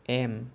M